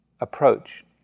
approach